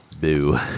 Boo